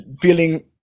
feeling